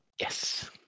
Yes